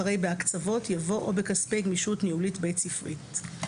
אחרי "בהקצבות" יבוא "או בכספי גמישות ניהולית בית ספרית";